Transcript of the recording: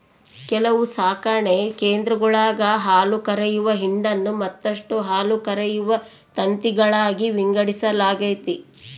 ಕೆಲವು ಸಾಕಣೆ ಕೇಂದ್ರಗುಳಾಗ ಹಾಲುಕರೆಯುವ ಹಿಂಡನ್ನು ಮತ್ತಷ್ಟು ಹಾಲುಕರೆಯುವ ತಂತಿಗಳಾಗಿ ವಿಂಗಡಿಸಲಾಗೆತೆ